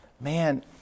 man